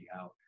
out